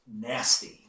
nasty